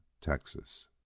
Texas